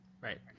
right